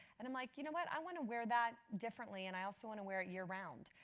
and i'm like, you know what, i want to wear that differently. and i also want to wear it year round.